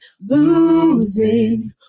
losing